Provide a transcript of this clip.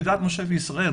כדת מושה וישראל,